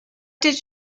did